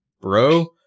Bro